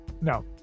No